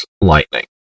lightning